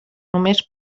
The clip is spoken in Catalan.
només